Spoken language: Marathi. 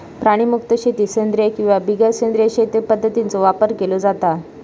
प्राणीमुक्त शेतीत सेंद्रिय किंवा बिगर सेंद्रिय शेती पध्दतींचो वापर केलो जाता